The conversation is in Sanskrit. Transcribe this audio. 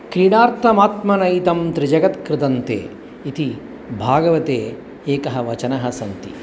खेदार्थमात्मनैतं त्रिजगत्कृतंते इति भागवते एकं वचनम् अस्ति